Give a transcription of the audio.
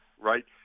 right